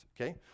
okay